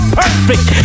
perfect